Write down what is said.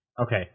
Okay